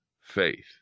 faith